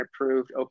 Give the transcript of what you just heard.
approved